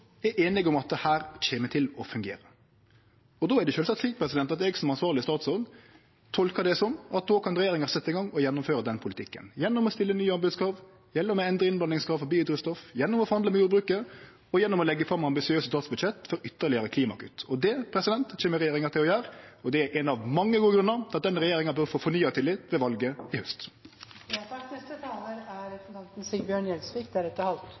ansvarleg statsråd tolkar det som at regjeringa kan setje i gang med å gjennomføre den politikken, gjennom å stille nye anbodskrav, gjennom å endre innblandingskrav for biodrivstoff, gjennom å forhandle med jordbruket, og gjennom å leggje fram ambisiøse statsbudsjett for ytterlegare klimakutt. Det kjem regjeringa til å gjere, og det er ein av mange gode grunnar til at denne regjeringa bør få fornya tillit ved valet i haust.